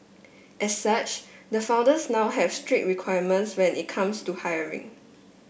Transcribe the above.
as such the founders now have strict requirements when it comes to hiring